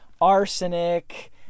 arsenic